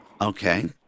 Okay